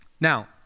Now